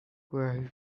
where